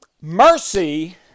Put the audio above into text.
Mercy